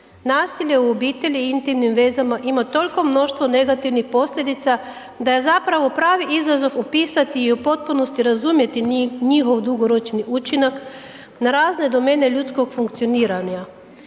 Nasilje u obitelji i intimnim vezama ima toliko mnoštvo negativnih posljedica da je zapravo pravi izazov opisati i u potpunosti razumjeti njihov dugoročni učinak na razne domene ljudskog funkcioniranja.